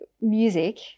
music